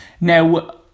Now